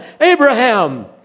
Abraham